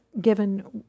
given